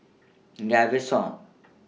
Gaviscon